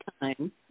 time